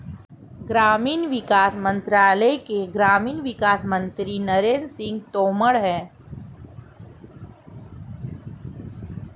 ग्रामीण विकास मंत्रालय के ग्रामीण विकास मंत्री नरेंद्र सिंह तोमर है